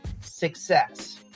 success